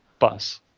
Bus